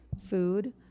food